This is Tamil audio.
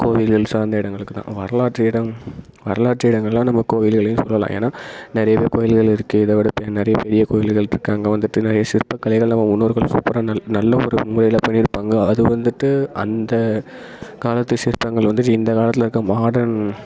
கோவில்கள் சார்ந்த இடங்களுக்கு தான் வரலாற்று இடம் வரலாற்று இடங்கள்லாம் நம்ம கோவில்களையும் சொல்லலாம் ஏன்னா நிறையவே கோயில்கள் இருக்குது இதை விட பே நிறைய பெரிய கோவில்கள் இருக்குது அங்கே வந்துட்டு நிறைய சிற்பக்கலைகளில் நம்ம முன்னோர்கள் சூப்பராக நல் நல்ல ஒரு உண்மையில் பண்ணியிருப்பாங்க அது வந்துட்டு அந்த காலத்து சிற்பங்கள் வந்துட்டு இந்த காலத்தில் இருக்கற மாடர்ன்